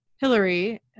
Hillary